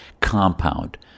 compound